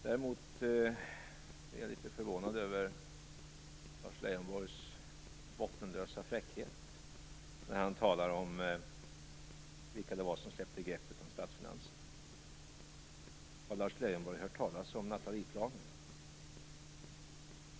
Däremot är jag litet förvånad över Lars Leijonborgs bottenlösa fräckhet när han talar om vilka det var som släppte greppet om statsfinanserna. Har Lars Leijonborg hört talas om Nathalieplanen?